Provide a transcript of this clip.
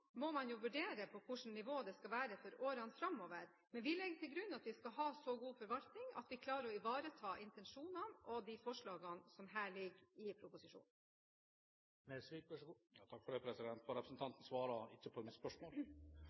Man må vurdere på hvilket nivå det skal være i årene framover. Men vi legger til grunn at vi skal ha så god forvaltning at vi klarer å ivareta intensjonene og de forslagene som ligger i proposisjonen. Representanten svarer ikke på mitt spørsmål, for uansett hvor god man er i fiskeriforvaltning, kan det